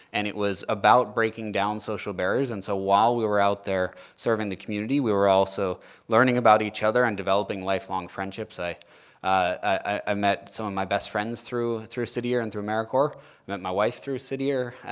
and it was about breaking down social barriers. and so while we were out there serving the community, we were also learning about each other and developing lifelong friendships. i i met some of my best friends through through city year and through americorps. i met my wife through city year.